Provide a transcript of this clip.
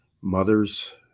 mothers